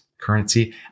currency